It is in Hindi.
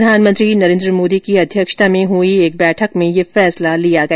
प्रधानमंत्री नरेन्द्र मोदी की अध्यक्षता में हई बैठक में यह फैसला लिया गया